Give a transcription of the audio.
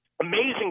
amazing